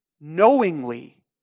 knowingly